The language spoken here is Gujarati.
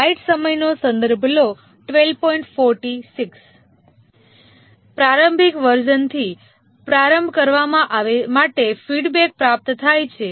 પ્રારંભિક વર્ઝનથી પ્રારંભ કરવા માટે ફીડબેક પ્રાપ્ત થાય છે